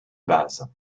base